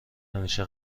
همیشه